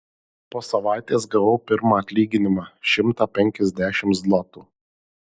po savaitės gavau pirmą atlyginimą šimtą penkiasdešimt zlotų